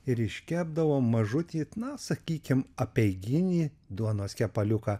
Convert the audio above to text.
ir iškepdavo mažutį na sakykim apeiginį duonos kepaliuką